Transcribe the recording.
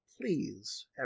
please